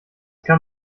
kam